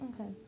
Okay